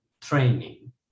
training